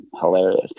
hilarious